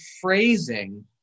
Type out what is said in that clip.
phrasing